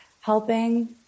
helping